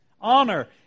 Honor